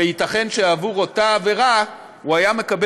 וייתכן שעבור אותה עבירה הוא היה מקבל